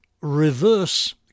reverse